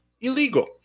illegal